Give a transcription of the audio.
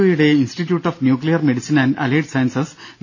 O യുടെ institute of nuclear medicine and allied sciences Dr